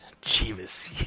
jesus